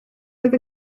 oedd